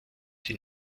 die